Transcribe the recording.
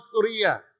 Korea